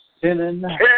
sinning